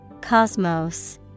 Cosmos